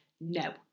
No